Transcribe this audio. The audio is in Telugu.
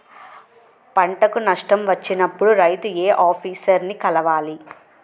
పంటకు నష్టం వచ్చినప్పుడు రైతు ఏ ఆఫీసర్ ని కలవాలి?